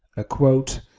a quote,